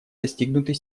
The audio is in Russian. достигнутый